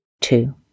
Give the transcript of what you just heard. two